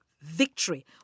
Victory